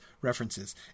references